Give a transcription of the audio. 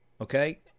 Okay